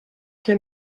que